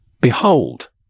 Behold